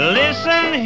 listen